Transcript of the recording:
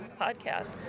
podcast